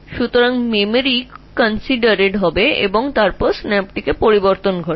সুতরাং স্মৃতিটিকে বিবেচনা করা হবে এবং তারপরে সিনাপটিক পরিবর্তনগুলি ঘটবে